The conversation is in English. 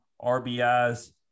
RBIs